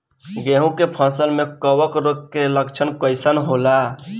गेहूं के फसल में कवक रोग के लक्षण कइसन होला?